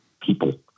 people